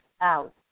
out